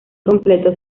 completo